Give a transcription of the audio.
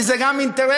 כי זה גם אינטרס,